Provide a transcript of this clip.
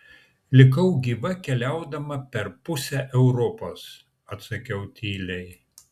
likau gyva keliaudama per pusę europos atsakiau tyliai